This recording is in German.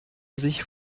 sich